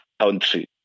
country